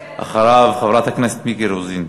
אחריו, חברת הכנסת מיקי רוזין.